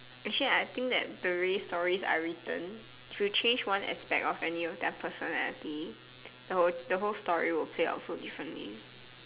actually I think that the way stories are written if you change one aspect of any of their personality the whole the whole story will play out so differently